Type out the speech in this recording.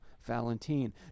valentine